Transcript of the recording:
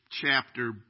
chapter